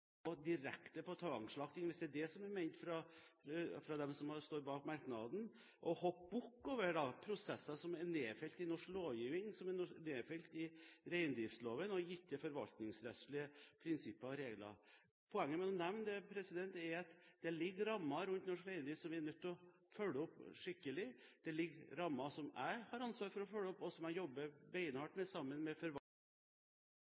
det direkte igangsettes tvangsslakting, hvis det er det som er ment fra dem som står bak merknaden, og dermed hoppe bukk over prosesser som er nedfelt i norsk lovgivning, reindriftsloven og gitte forvaltningsrettslige prinsipper og regler. Poenget med å nevne det er at det ligger rammer rundt norsk reindrift som vi er nødt til å følge opp skikkelig. Det ligger rammer som jeg har ansvaret for å følge opp, og som jeg, sammen med forvaltningen, jobber beinhardt